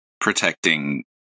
protecting